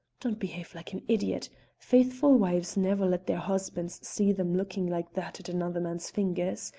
don't behave like an idiot faithful wives never let their husbands see them looking like that at another man's fingers.